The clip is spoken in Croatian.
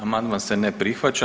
Amandman se ne prihvaća.